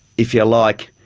if you like,